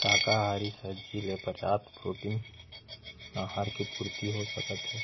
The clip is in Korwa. शाकाहारी सब्जी ले पर्याप्त प्रोटीन आहार के पूर्ति कर सकत ही।